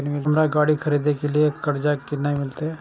हमरा गाड़ी खरदे के लिए कर्जा केना मिलते?